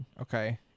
okay